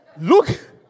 Look